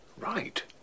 Right